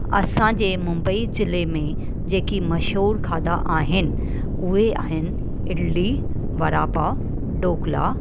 असां जे मुंबई ज़िले में जेकी मशहूरु खाधा आहिनि उहे आहिनि इडली वडा पाव ढोकला